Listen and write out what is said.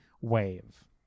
wave